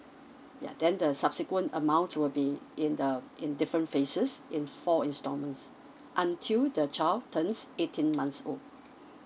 ya then the subsequent amount will be in uh in different phases in four instalments until the child turns eighteen months old